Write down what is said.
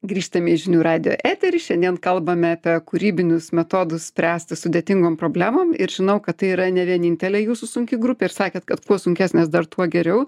grįžtame į žinių radijo eterį šiandien kalbame apie kūrybinius metodus spręsti sudėtingom problemom ir žinau kad tai yra ne vienintelė jūsų sunki grupė ir sakėt kad kuo sunkesnės dar tuo geriau